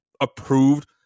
approved